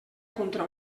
contra